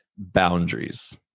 boundaries